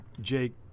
Jake